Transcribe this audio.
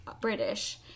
British